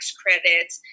credits